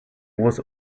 was